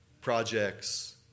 Projects